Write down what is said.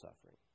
suffering